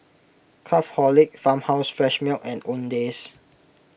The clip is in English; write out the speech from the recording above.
Craftholic Farmhouse Fresh Milk and Owndays